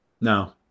no